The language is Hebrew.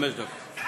חמש דקות.